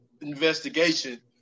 investigation